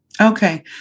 Okay